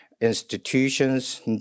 institutions